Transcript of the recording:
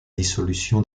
dissolution